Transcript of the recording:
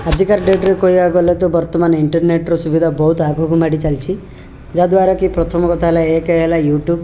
ଆଜିକାର ଡ଼େଟ୍ରେ କହିବାକୁ ଗଲେ ବର୍ତ୍ତମାନ ଇଣ୍ଟର୍ନେଟ୍ର ସୁବିଧା ବହୁତ ଆଗକୁ ମାଡ଼ିଚାଲିଛି ଯାହାଦ୍ଵାରା କି ପ୍ରଥମ କଥାହେଲା ଏକରେ ହେଲା ୟୁ ଟ୍ୟୁବ୍